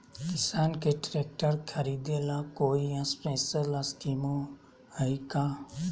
किसान के ट्रैक्टर खरीदे ला कोई स्पेशल स्कीमो हइ का?